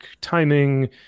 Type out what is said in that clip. timing